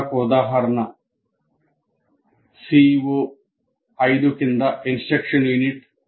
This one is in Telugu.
మరొక ఉదాహరణ CO5 కింద ఇన్స్ట్రక్షన్ యూనిట్ U12